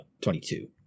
twenty-two